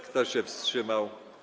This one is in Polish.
Kto się wstrzymał?